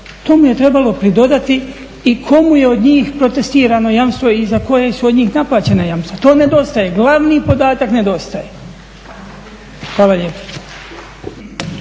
tome je trebalo pridodati i komu je od njih protestirano jamstvo i za koje su od njih naplaćena jamstva, to nedostaje, glavni podatak nedostaje. Hvala lijepa.